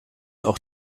auch